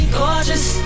gorgeous